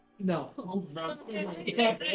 No